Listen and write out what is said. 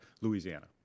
Louisiana